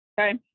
okay